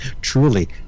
Truly